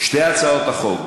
שתי הצעות החוק,